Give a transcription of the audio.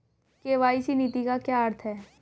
KYC नीति का क्या अर्थ है?